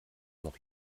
noch